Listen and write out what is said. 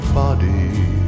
body